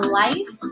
life